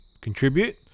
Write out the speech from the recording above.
contribute